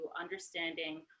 understanding